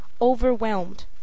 overwhelmed